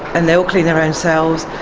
and they all clean their own cells,